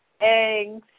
eggs